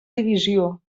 divisió